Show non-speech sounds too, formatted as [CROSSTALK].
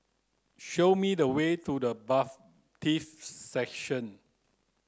show me the way to the [UNINTELLIGIBLE] Section